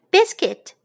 Biscuit